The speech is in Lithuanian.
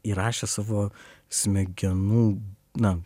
įrašė savo smegenų na